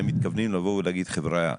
אתם מתכוונים להגיד: חבר'ה,